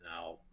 Now